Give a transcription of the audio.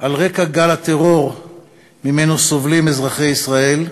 על רקע גל הטרור שממנו סובלים אזרחי ישראל.